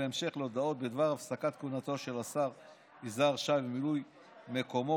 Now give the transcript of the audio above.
ובהמשך להודעות בדבר הפסקת כהונתו של השר יזהר שי ומילוי מקומו,